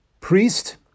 priest